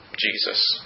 Jesus